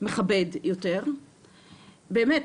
מכבד יותר, באמת.